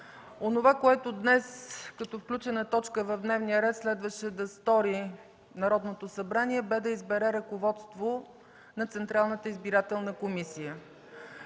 Онова, което днес като включена точка в дневния ред следваше да стори Народното събрание, бе да избере ръководство на Централната избирателна комисия.